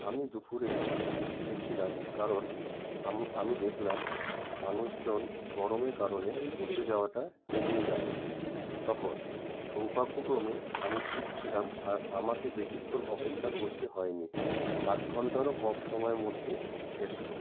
আমি দুপুরে গেছিলাম কারণ আমি দেখলাম মানুষজন গরমের কারণে বুথে যাওয়াটা এড়িয়ে যাবে তখন সৌভাগ্যক্রমে আমি ঠিক ছিলাম আর আমাকে বেশিক্ষণ অপেক্ষা করতে হয়নি আধ ঘন্টারও কম সময়ের মধ্যে গেছিল